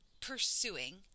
pursuing